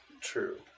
True